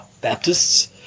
Baptists